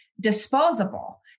disposable